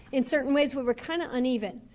in certain ways we were kind of uneven.